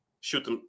shoot